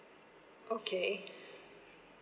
okay